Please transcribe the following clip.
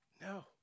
No